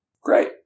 Great